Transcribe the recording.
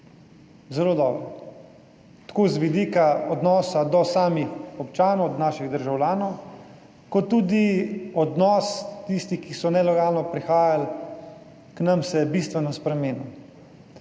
zelo dobro, tako z vidika odnosa do samih občanov, naših državljanov, kot tudi odnos tistih, ki so nelegalno prihajali k nam, se je bistveno spremenil,